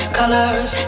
colors